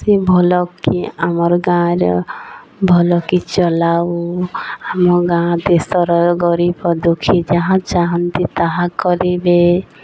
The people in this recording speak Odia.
ସେ ଭଲକି ଆମର ଗାଁରେ ଭଲକି ଚଲାଉ ଆମ ଗାଁ ଦେଶର ଗରିବ ଦୁଃଖୀ ଯାହା ଚାହାନ୍ତି ତାହା କରିବେ